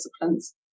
disciplines